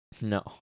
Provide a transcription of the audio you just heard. No